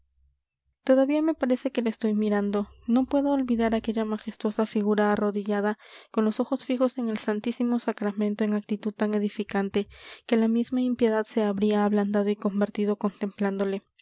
todavía me parece que le estoy mirando no puedo olvidar aquella majestuosa figura arrodillada con los ojos fijos en el santísimo sacramento en actitud tan edificante que la misma impiedad se habría ablandado y convertido contemplándole